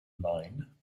line